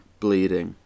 bleeding